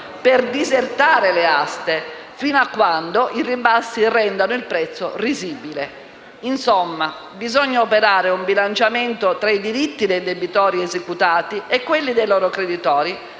per disertare le aste fino a quando i ribassi rendano il prezzo risibile. Insomma, bisogna operare un bilanciamento tra i diritti dei debitori esecutati e quelli dei loro creditori